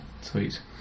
sweet